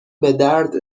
بدرد